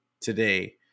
today